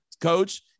coach